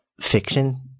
fiction